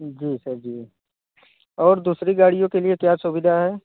जी sir ji और दूसरी गाड़ियों के लिए क्या सुविधा है